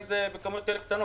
אם זה בכמויות כאלה קטנות?